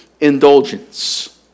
indulgence